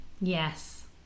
Yes